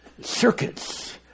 circuits